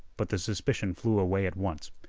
but the suspicion flew away at once.